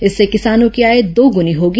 इससे किसानों की आय दोगुनी होगी